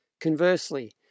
Conversely